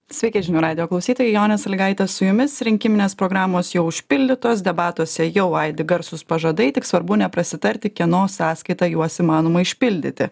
sveiki žinių radijo klausytojai jonė salygaitė su jumis rinkiminės programos jau užpildytos debatuose jau aidi garsūs pažadai tik svarbu neprasitarti kieno sąskaita juos įmanoma išpildyti